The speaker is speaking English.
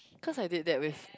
cause I did that with